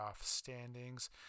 standings